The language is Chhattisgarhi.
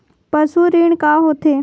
पशु ऋण का होथे?